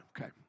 okay